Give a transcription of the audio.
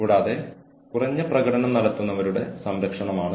കൂടാതെ ഇവിടെത്തെ അവസാന പോയിന്റ് നഷ്ടപരിഹാരം ആണ്